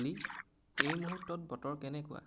অ'লি এই মুহুৰ্তত বতৰ কেনেকুৱা